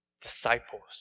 disciples